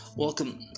Welcome